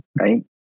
right